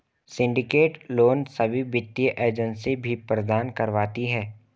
syndicate loan सभी वित्तीय agency भी प्रदान करवाती है